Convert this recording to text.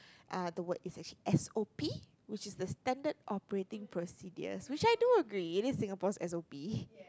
ah the word is actually S_O_P which is the Standard Operating Procedures which I do agree this Singapore's S_O_P